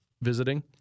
visiting